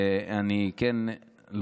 זה על חשבוני.